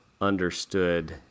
understood